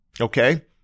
okay